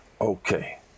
Okay